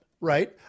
Right